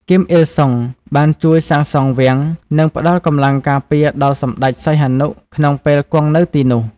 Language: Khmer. គីម អ៊ីលសុង បានជួយសាងសង់វាំង និងផ្ដល់កម្លាំងការពារដល់សម្ដេចសីហនុក្នុងពេលគង់នៅទីនោះ។